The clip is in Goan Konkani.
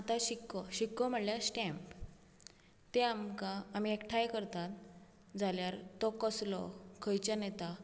आतां शिक्को शिक्को म्हळ्यार स्टॅम्प तें आमकां आमी एकठांय करतात जाल्यार तो कसलो खंयच्यान येता